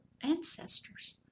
ancestors